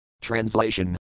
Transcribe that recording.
Translation